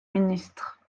ministre